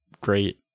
great